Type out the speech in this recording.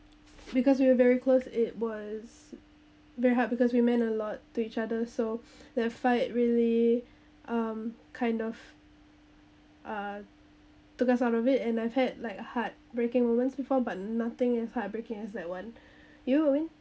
because we were very close it was very hard because we meant a lot to each other so the fight really um kind of uh took us out of it and I've had like heart breaking moments before but nothing as hear breaking as that one you